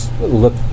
look